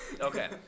okay